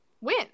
win